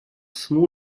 small